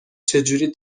چجوری